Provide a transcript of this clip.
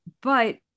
but-